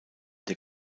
der